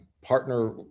partner